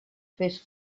fes